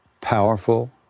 powerful